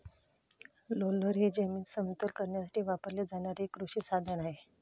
roller हे जमीन समतल करण्यासाठी वापरले जाणारे एक कृषी साधन आहे